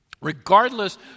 Regardless